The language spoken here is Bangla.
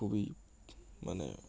খুবই মানে